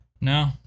No